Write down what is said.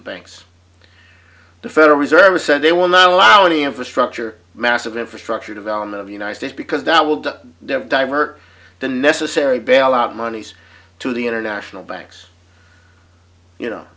the banks the federal reserve has said they will not allow any infrastructure massive infrastructure development of the united states because that will do divert the necessary bailout monies to the international banks you know